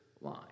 line